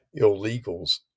illegals